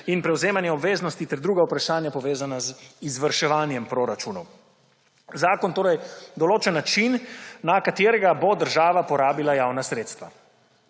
in prevzemanja obveznosti ter druga vprašanja, povezana z izvrševanjem proračunov. Zakon torej določa način, na katerega bo država porabila javna sredstva.